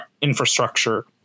infrastructure